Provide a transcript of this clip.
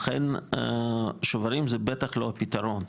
לכן השוברים הם בטח לא הפתרון.